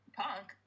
punk